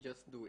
Just do it.